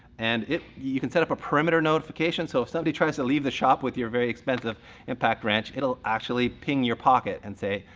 and you can set up a perimeter notification. so if somebody tries to leave the shop with your very expensive impact wrench, it'll actually ping your pocket and say,